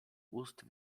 ust